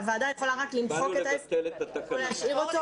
הוועדה יכולה רק למחוק או להשאיר.